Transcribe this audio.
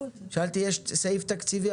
שאלתי אם יש סעיף תקציבי,